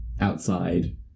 outside